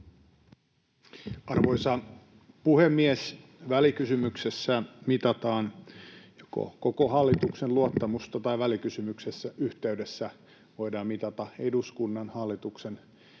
Arvoisa puhemies! Välikysymyksessä joko mitataan koko hallituksen luottamusta tai välikysymyksen yhteydessä voidaan mitata hallituspuolueiden